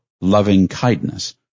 loving-kindness